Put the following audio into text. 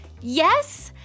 Yes